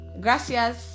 Gracias